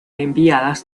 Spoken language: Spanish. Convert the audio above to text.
enviadas